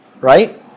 Right